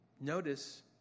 Notice